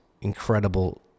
incredible